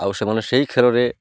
ଆଉ ସେମାନେ ସେଇ ଖେଳରେ